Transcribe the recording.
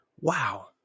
wow